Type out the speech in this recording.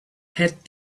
het